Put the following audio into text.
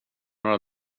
några